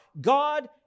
God